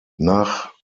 nach